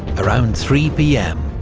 around three pm,